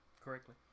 correctly